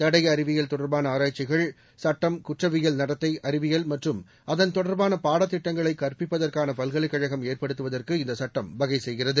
தடய அறிவியல் தொடர்பான ஆராய்ச்சிகள் சுட்டம் குற்றவியல் நடத்தை அறிவியல் மற்றும் அதன் தொடர்பான பாடத்திட்டங்களைக் கற்பிப்பதற்கான பல்கலைக்கழகம் ஏற்படுத்துவதற்கு இந்த சுட்டம் வகை செய்கிறது